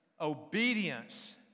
obedience